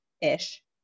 ish